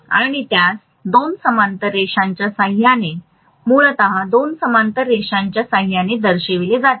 आणि त्यास दोन समांतर रेषांच्या सहाय्याने मूलत दोन समांतर रेषांच्या सहाय्याने दर्शविल्या जातील